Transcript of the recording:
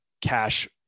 cash